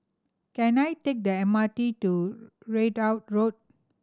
can I take the M R T to Ridout Road